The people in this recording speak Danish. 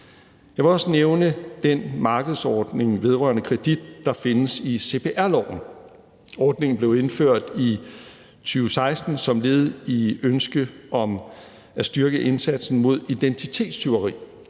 Jeg vil også nævne den markedsordning vedrørende kredit, der findes i cpr-loven. Ordningen blev indført i 2016 som led i ønsket om at styrke indsatsen mod identitetstyveri,